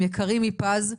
הם יקרים מפז.